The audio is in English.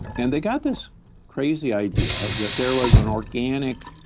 and they got this crazy idea that there was an organic